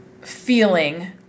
feeling